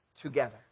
Together